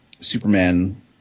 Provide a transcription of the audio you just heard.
Superman